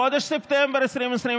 חודש ספטמבר 2021,